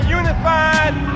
unified